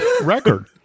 record